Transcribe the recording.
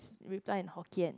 reply in Hokkien